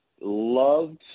loved